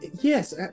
Yes